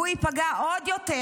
ייפגע עוד יותר,